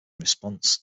response